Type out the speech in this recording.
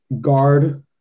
guard